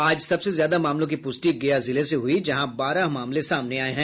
आज सबसे ज्यादा मामलों की पुष्टि गया जिले से हुई जहां बारह मामले सामने आये हैं